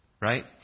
right